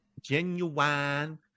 Genuine